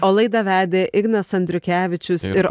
o laidą vedė ignas andriukevičius ir